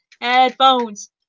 headphones